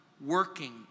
Working